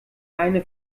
eine